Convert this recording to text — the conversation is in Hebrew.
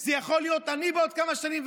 וזה יכול להיות אני בעוד כמה שנים,